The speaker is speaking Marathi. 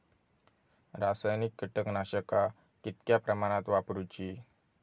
रासायनिक कीटकनाशका कितक्या प्रमाणात वापरूची?